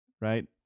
right